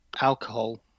alcohol